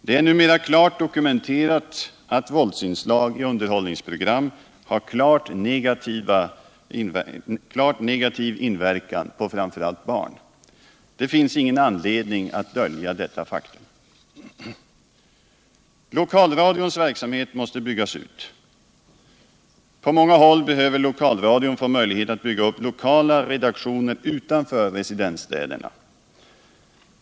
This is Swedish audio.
Det är numera klart dokumenterat att våldsinslag i underhållningsprogram har klart negativ inverkan på framför allt barn. Det finns ingen anledning att dölja detta faktum. Lokalradions verksamhet måste byggas ut. På många håll behöver lokalradion få möjlighet att bygga upp lokala redaktioner utanför residensstäderna.